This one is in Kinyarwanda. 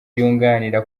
yunganira